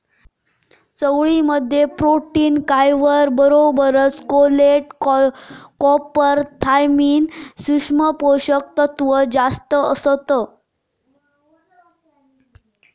चवळी मध्ये protein, fibre बरोबर फोलेट, कॉपर, थायमिन, सुक्ष्म पोषक तत्त्व जास्तं असतत